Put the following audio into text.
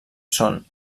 són